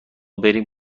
بریم